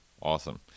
Awesome